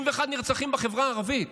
אותה תוכנית למאבק בפשיעה בחברה הערבית,